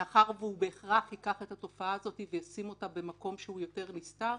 מאחר ובהכרח הוא ייקח את התופעה הזאת וישים אותה במקום שהוא יותר נסתר,